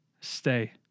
stay